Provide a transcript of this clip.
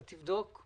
תבדוק?